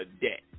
debt